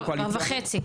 בהסכמים הקואליציוניים.